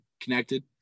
connected